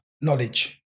knowledge